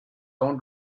own